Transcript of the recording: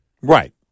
Right